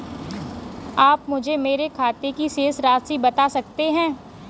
आप मुझे मेरे खाते की शेष राशि बता सकते हैं?